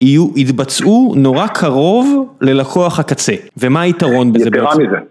יתבצעו נורא קרוב ללקוח הקצה, ומה היתרון בזה בעצם?